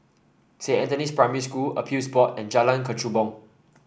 Saint Anthony's Primary School Appeals Board and Jalan Kechubong